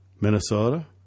Minnesota